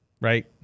right